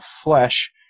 flesh